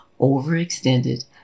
overextended